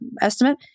estimate